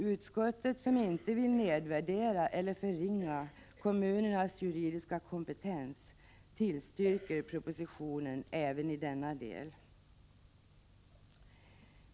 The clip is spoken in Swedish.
Utskottet, som inte vill nedvärdera eller förringa kommunernas juridiska kompetens, tillstyrker propositionen även i denna del.